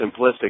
simplistic